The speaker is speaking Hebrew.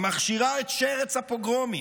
המכשירה את שרץ הפוגרומים,